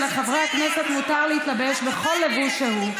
לא ידעתי שלחברי הכנסת מותר להתלבש בכל לבוש שהוא.